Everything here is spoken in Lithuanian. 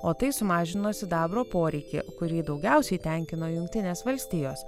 o tai sumažino sidabro poreikį kurį daugiausiai tenkino jungtinės valstijos